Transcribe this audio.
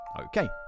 Okay